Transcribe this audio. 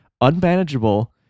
unmanageable